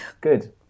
good